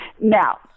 Now